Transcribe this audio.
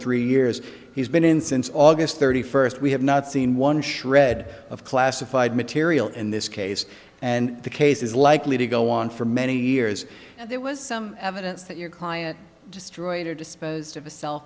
three years he's been in since august thirty first we have not seen one shred classified material in this case and the case is likely to go on for many years and there was some evidence that your client destroyed or disposed of a cell